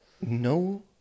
No